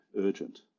urgent